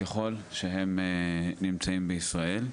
ככול שהם נמצאים בישראל,